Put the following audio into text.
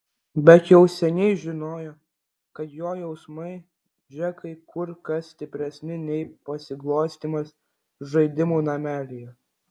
bet jau seniai žinojo kad jo jausmai džekai kur kas stipresni nei pasiglostymas žaidimų namelyje